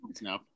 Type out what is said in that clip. No